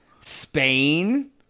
Spain